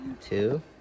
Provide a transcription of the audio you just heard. two